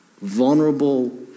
vulnerable